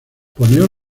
poneos